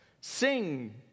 Sing